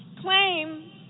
claim